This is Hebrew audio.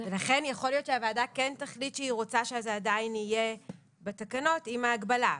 לכן יכול להיות שהוועדה כן תחליט שהיא רוצה שזה עדיין בתקנות עם ההגבלה.